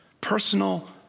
personal